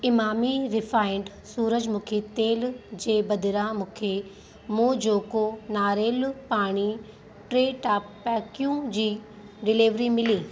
Emami refined सूरजमुखी तेल जे बदिरां मूंखे मोजोको नारेलु पाणी ट्रेट्रापैकियू जी डिलेविरी मिली